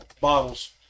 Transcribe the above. bottles